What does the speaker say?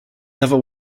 never